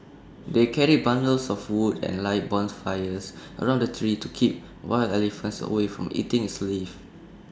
they carried bundles of wood and light bonfires around the tree to keep wild elephants away from eating its leaves